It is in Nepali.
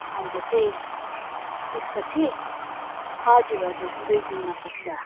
अन्त चाहिँ त्यसपछि हजुर हजुर दुई दिनमा पुग्छ